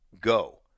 go